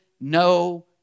no